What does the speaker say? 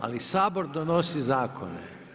Ali Sabor donosi zakone.